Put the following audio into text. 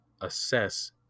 assess